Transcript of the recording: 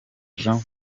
jean